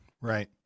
right